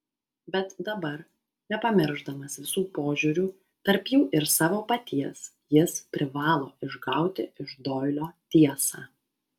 bet dabar nepamiršdamas visų požiūrių tarp jų ir savo paties jis privalo išgauti iš doilio tiesą